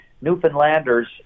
Newfoundlanders